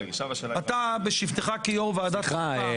אתה בשבתך כיושב ראש ועדת חוקה --- סליחה,